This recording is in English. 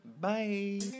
Bye